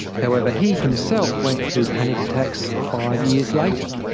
however, he himself went through panic attacks five years later.